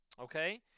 Okay